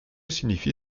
signifie